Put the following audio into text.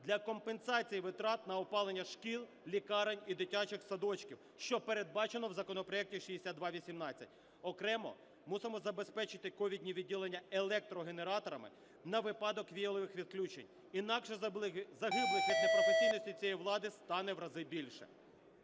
для компенсації витрат на опалення шкіл, лікарень і дитячих садочків, що передбачено в законопроекті 6218. Окремо мусимо забезпечити ковідні відділення електрогенераторами на випадок віялових відключень, інакше загиблих від непрофесійності цієї влади стане в рази більше.